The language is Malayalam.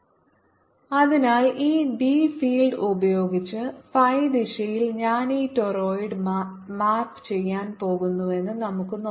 B0J A B അതിനാൽ ഈ ബി ഫീൽഡ് ഉപയോഗിച്ച് phi ദിശയിൽ ഞാൻ ഈ ടോർറോയ്ഡ് മാപ്പ് ചെയ്യാൻ പോകുന്നുവെന്ന് നമുക്ക് നോക്കാം